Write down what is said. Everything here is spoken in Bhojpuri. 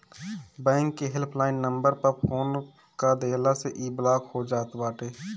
बैंक के हेल्प लाइन नंबर पअ फोन कअ देहला से इ ब्लाक हो जात बाटे